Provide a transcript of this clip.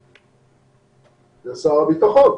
זה שר הביטחון.